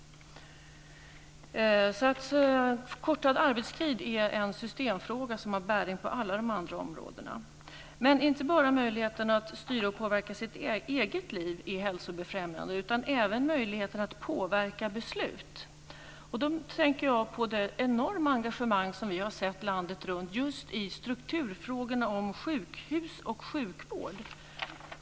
En förkortad arbetstid är en systemfråga som har bäring på alla de andra områdena. Det är inte bara möjligheten att styra och påverka sitt eget liv som är hälsobefrämjande, utan även möjligheten att påverka beslut. Då tänker jag på det enorma engagemang som vi har sett landet runt just i strukturfrågorna om sjukhus och sjukvård.